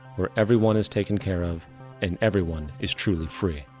where everyone is taken care of and everyone is truly free.